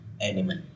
animal